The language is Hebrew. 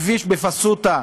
הכביש בפסוטה,